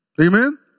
Amen